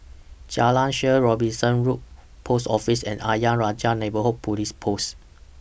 Jalan Shaer Robinson Road Post Office and Ayer Rajah Neighbourhood Police Post